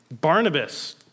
Barnabas